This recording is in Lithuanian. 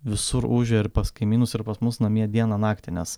visur ūžia ir pas kaimynus ir pas mus namie dieną naktį nes